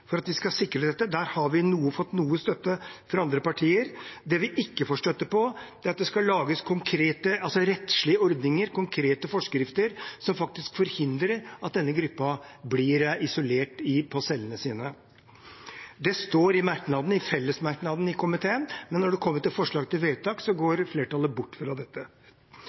for at de skal sikre dette. Der har vi fått noe støtte fra andre partier. Det vi ikke får støtte for, er at det skal lages rettslige ordninger, konkrete forskrifter, som faktisk forhindrer at denne gruppen blir isolert på cellene sine. Dette står i fellesmerknaden til komiteen, men når det kommer til forslag til vedtak, går flertallet bort fra